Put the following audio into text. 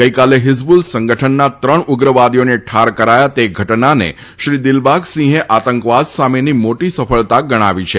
ગઇકાલે હિઝબુલ સંગઠનના ત્રણ ઉગ્રવાદીઓને ઠાર કરાયા તે ઘટનાને શ્રી દિલબાગ સિંહે આતંકવાદ સામેની મોટી સફળતા ગણાવી છે